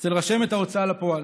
אצל רשמת ההוצאה לפועל.